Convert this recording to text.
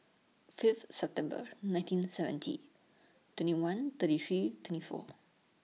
Fifth September nineteen seventy twenty one thirty three twenty four